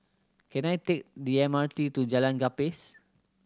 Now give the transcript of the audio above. can I take the M R T to Jalan Gapis